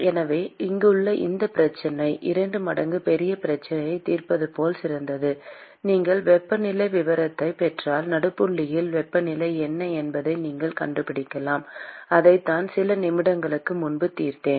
எனவே இங்குள்ள இந்தப் பிரச்சனை இரண்டு மடங்கு பெரிய பிரச்சனையைத் தீர்ப்பது போல் சிறந்தது நீங்கள் வெப்பநிலை விவரத்தைப் பெற்றால் நடுப்புள்ளியில் வெப்பநிலை என்ன என்பதை நீங்கள் கண்டுபிடிக்கலாம் அதைத்தான் சில நிமிடங்களுக்கு முன்பு தீர்த்தோம்